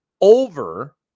over